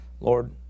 Lord